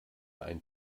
ein